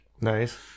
Nice